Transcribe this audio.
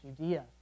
Judea